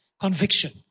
Conviction